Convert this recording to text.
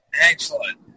Excellent